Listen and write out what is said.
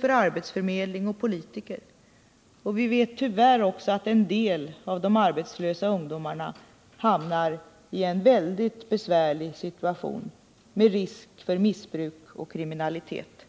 för arbetsförmedling och politiker. Vi vet också att en del av de arbetslösa ungdomarna tyvärr hamnar i en mycket besvärlig situation med risk för missbruk och kriminalitet.